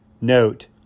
note